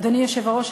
אדוני היושב-ראש,